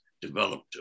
developed